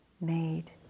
made